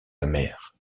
amer